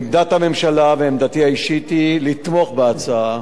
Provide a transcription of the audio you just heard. עמדת הממשלה ועמדתי האישית היא לתמוך בהצעה.